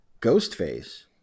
Ghostface